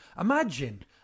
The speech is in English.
Imagine